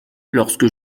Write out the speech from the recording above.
lorsque